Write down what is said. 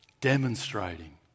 Demonstrating